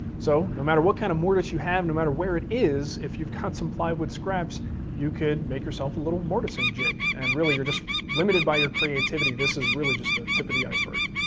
so no matter what kind of mortise have, no matter where it is, if you've got some plywood scraps you could make yourself a little mortising jig. and really you're just limited by your creativity. this is really just the tip of the iceberg.